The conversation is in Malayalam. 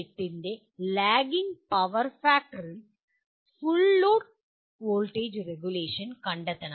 8 ന്റെ ലാഗ്ഗിങ്ങ് പവർ ഫാക്ടറിൽ ഫുൾ ലോഡ് വോൾട്ടേജ് റെഗുലേഷൻ കണ്ടെത്തണം